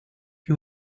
you